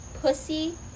pussy